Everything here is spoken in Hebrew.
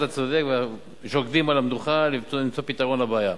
אתה צודק, ושוקדים על המדוכה למצוא פתרון לבעיה.